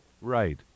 Right